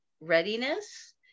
readiness